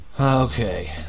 okay